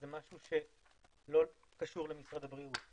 זה משהו שלא קשור למשרד הבריאות.